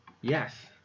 Yes